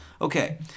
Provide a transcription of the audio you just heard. Okay